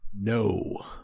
No